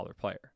player